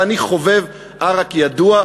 ואני חובב עראק ידוע.